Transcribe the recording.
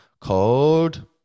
called